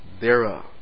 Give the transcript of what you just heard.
thereof